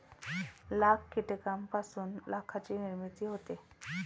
लाख कीटकांपासून लाखाची निर्मिती होते